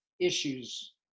issues